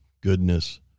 goodness